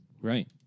Right